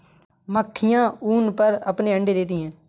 मक्खियाँ ऊन पर अपने अंडे देती हैं